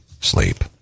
sleep